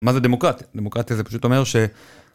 מה זה דמוקרטיה? דמוקרטיה זה פשוט אומר ש...